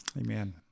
Amen